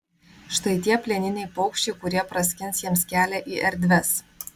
štai tie plieniniai paukščiai kurie praskins jiems kelią į erdves